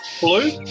Blue